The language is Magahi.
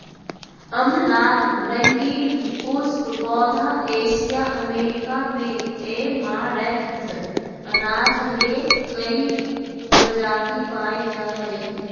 अम्लान रंगीन पुष्प पौधा एशिया अमेरिका में ऐमारैंथ अनाज ले कई प्रजाति पाय जा हइ